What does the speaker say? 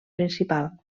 principal